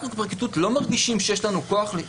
אנחנו כפרקליטות לא מרגישים שיש לנו בעיה